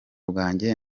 bwanjye